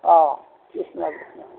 অঁ কৃষ্ণ কৃষ্ণ